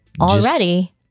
already